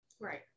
right